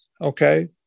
okay